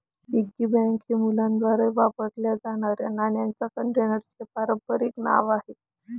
piggy bank हे मुलांद्वारे वापरल्या जाणाऱ्या नाण्यांच्या कंटेनरचे पारंपारिक नाव आहे